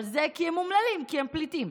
אבל זה כי הם אומללים, כי הם פליטים.